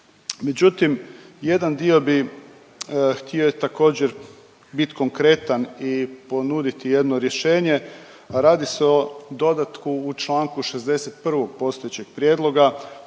Međutim, jedan dio bi htio također, bit konkretan i ponuditi jedno rješenje, a radi se o dodatku u čl. 61 postojećeg prijedloga,